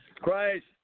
Christ